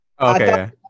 Okay